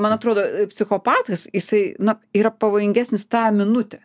man atrodo psichopatas jisai na yra pavojingesnis tą minutę